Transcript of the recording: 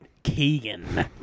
Keegan